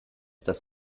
des